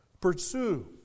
Pursue